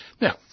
Now